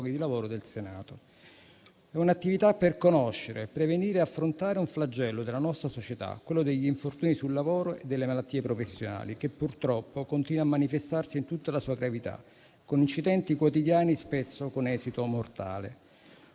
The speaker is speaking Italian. È un'attività per conoscere, prevenire e affrontare un flagello della nostra società, quello degli infortuni sul lavoro e delle malattie professionali, che purtroppo continua a manifestarsi in tutta la sua gravità, con incidenti quotidiani, spesso con esito mortale.